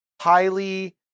highly